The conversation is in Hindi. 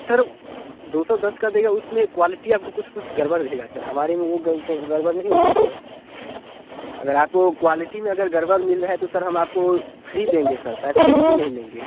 सर दो सौ दस का देगा उसमें क्वालिटी आपको कुछ कुछ गड़बड़ रहेगा सर हमारे में वो गड़बड़ नहीं होगा सर अगर आपको क्वालिटी में अगर गड़बड़ मिल रह है तो सर हम आपको फ्री देंगे सर पैसा एक भी नहीं लेंगे